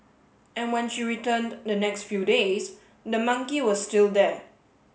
and when she returned the next few days the monkey was still there